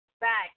back